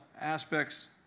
aspects